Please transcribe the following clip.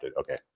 Okay